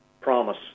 promise